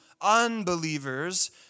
Unbelievers